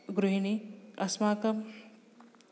गृहिणी अस्माकं